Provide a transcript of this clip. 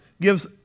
gives